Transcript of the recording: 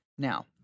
Now